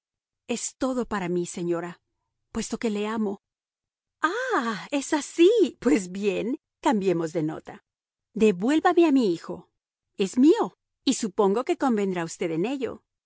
es todo para mí señora puesto que le amo ah es así pues bien cambiemos de nota devuélvame a mi hijo es mío y supongo que convendrá usted en ello